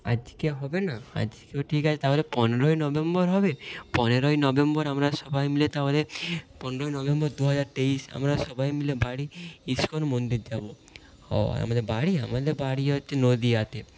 আজকে হবে না আজকেও ঠিক আছে তাহলে পনেরোই নভেম্বর হবে পনেরোই নভেম্বর আমরা সবাই মিলে তাহলে পনেরোই নভেম্বর দু হাজার তেইশ আমরা সবাই মিলে বাড়ির ইসকন মন্দির যাবো অ আমাদের বাড়ি আমাদের বাড়ি হচ্ছে নদীয়াতে